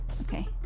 Okay